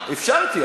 אפשרתי.